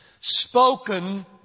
spoken